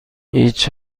هیچ